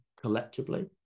collectively